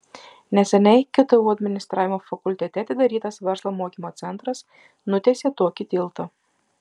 neseniai ktu administravimo fakultete atidarytas verslo mokymo centras nutiesė tokį tiltą